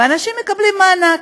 ואנשים מקבלים מענק.